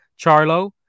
Charlo